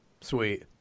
Sweet